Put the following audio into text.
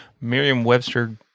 Merriam-Webster